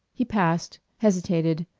he passed, hesitated,